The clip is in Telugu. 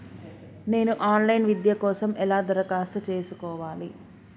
నేను ఆన్ లైన్ విద్య కోసం ఎలా దరఖాస్తు చేసుకోవాలి?